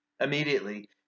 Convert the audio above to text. Immediately